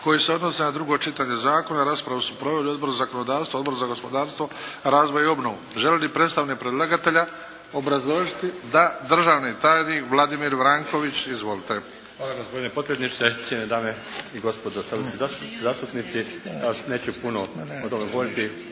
koji se odnose na drugo čitanje zakona. Raspravu su proveli Odbor za zakonodavstvo, Odbor za gospodarstvo, razvoj i obnovu. Žele li predstavnici predlagatelja obrazložiti? Da. Državni tajnik Vladimir Vranković. Izvolite! **Vranković, Vladimir (HDZ)** Hvala gospodine potpredsjedniče, cijenjene dame i gospodo saborski zastupnici. Evo, ja neću puno govoriti.